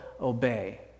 obey